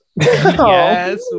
Yes